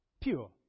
Pure